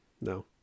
No